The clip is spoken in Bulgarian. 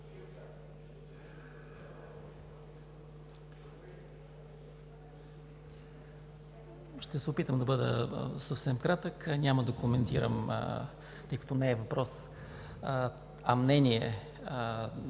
Ще се опитам да бъда съвсем кратък. Няма да коментирам, тъй като не е въпрос, а мнение –